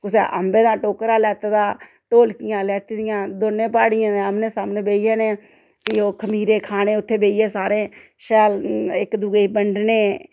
कुसै अम्बै दा टोकरा लैते दा ढोलकियां लैती दियां दोनें प्हाड़ियें दे आमनै सामनै बेहियै ते फ्ही ओह् खमीरे खाने उत्थें बेहियै सारें शैल इक दुए गी बंडने